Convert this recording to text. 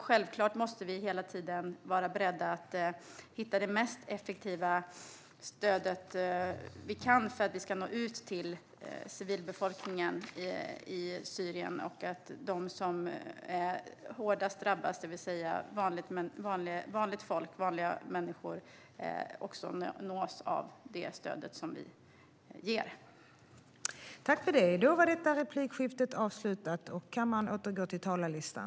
Självklart måste vi hela tiden vara beredda att hitta ett så effektivt stöd som möjligt för att vi ska nå ut till civilbefolkningen i Syrien och för att de som är hårdast drabbade, det vill säga vanligt folk, ska nås av det stöd som vi ger.